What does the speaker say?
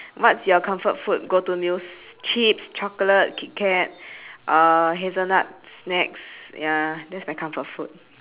what's your comfort food go to meals chips chocolate kitKat uh hazelnut snacks ya that's my comfort food